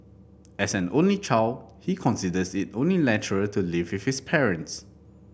as an only child he considers it only natural to live with his parents